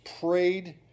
prayed